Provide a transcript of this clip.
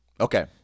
Okay